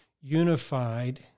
unified